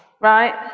right